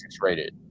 rated